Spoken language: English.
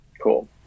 Cool